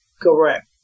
Correct